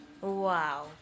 Wow